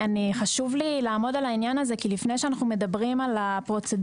חשוב לי לעמוד על העניין הזה כי לפני שאנו מדברים על הפרוצדורות